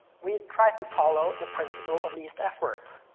we try to follow the principle of least effort.